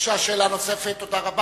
תודה רבה.